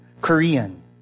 Korean